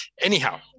Anyhow